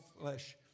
flesh